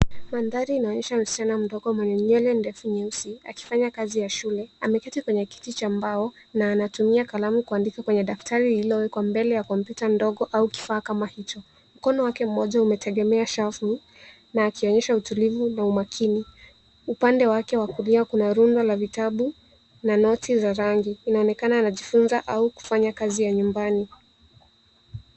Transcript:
Mandhari inaonesha msichana mdogo mwenye nywele ndefu nyeusi akifanya kazi ya shule. Ameketi kwenye kiti cha mbao na anatumia kalamu kuandika kwenye daftari lililowekwa mbele ya kompyuta ndogo au kifaa kama hicho. Mkono wake mmoja umetegemea shavu na akionyesha utulivu na umakini. Upande wake wa kulia kuna rundo la vitabu na noti za rangi. Inaonekana anajifunza au kufanya kazi ya nyumbani.